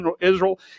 Israel